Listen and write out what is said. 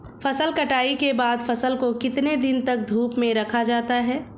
फसल कटाई के बाद फ़सल को कितने दिन तक धूप में रखा जाता है?